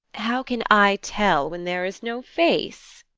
how can i tell when there is no face?